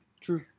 True